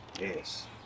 Yes